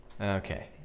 Okay